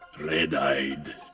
Red-eyed